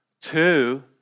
two